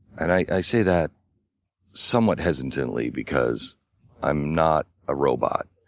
and i say that somewhat hesitantly because i'm not a robot.